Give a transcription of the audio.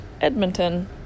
Edmonton